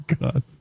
God